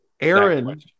Aaron